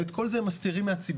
ואת כל זה הם מסתירים מהציבור.